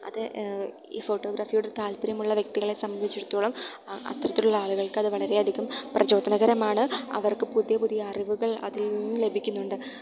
അത് ഈ ഫോട്ടോഗ്രാഫിയോട് താല്പര്യമുള്ള വ്യക്തികളെ സംബന്ധിച്ചെടുത്തോളം ആ അത്തരത്തിലുള്ള ആളുകൾക്ക് അത് വളരെയധികം പ്രചോദനകരമാണ് അവർക്ക് പുതിയ പുതിയ അറിവുകൾ അതിൽ നിന്ന് ലഭിക്കുന്നുണ്ട്